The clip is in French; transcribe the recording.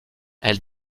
elle